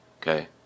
okay